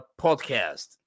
podcast